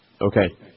Okay